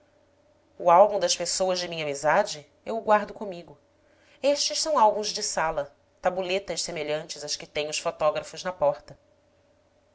o álbum das pessoas de minha amizade eu o guardo comigo estes são álbuns de sala tabuletas semelhantes às que têm os fotógrafos na porta